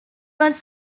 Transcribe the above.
was